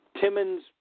Timmons